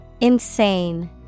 Insane